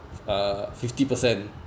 uh fifty percent